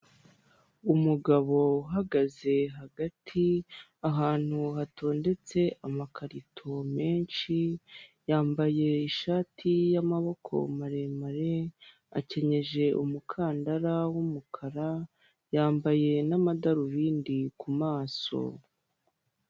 Umugabo uhagaze hagati ahantu hatondetse amakarito menshi yambaye ishati y'amaboko maremare akenyeje umukandara w'umukara yambaye n'amadarubindi ku maso.